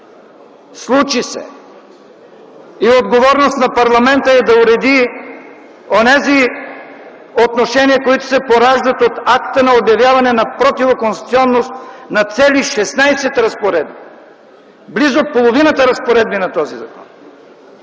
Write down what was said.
Случи се и отговорност на парламента е да уреди онези отношения, които се пораждат от акта на обявяване на противоконституционност на цели 16 разпоредби – близо половината разпоредби на този закон.